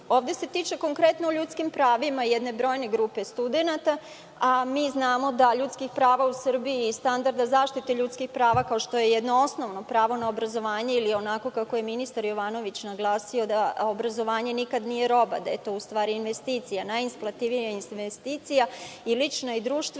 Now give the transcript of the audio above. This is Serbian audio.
ovde se radi o ljudskim pravima jedne brojne grupe studenata, a mi znamo da ljudskih prava u Srbiji i standarda zaštite ljudskih prava, kao što je jedno osnovno pravo na obrazovanje ili onako kako je ministar Jovanović naglasio da obrazovanje nikada nije roba, da je to u stvari investicija najisplatljivija i lična i društvena,